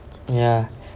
ya